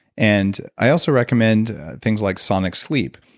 and i also recommend things like sonic sleep,